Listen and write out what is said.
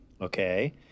okay